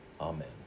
Amen